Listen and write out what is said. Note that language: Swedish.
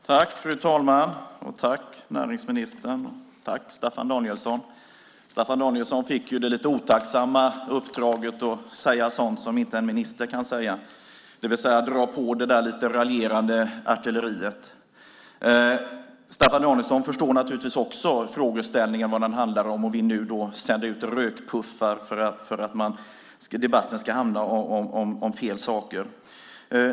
Fru talman! Jag får börja med att tacka både näringsministern och Staffan Danielsson. Staffan Danielsson fick det lite otacksamma uppdraget att göra det som en minister inte kan säga, det vill säga dra på med det lite raljerande artilleriet. Staffan Danielsson förstår naturligtvis också vad frågeställningen handlar om och vill nu sända ut rökpuffar för att få debatten att handla om fel saker.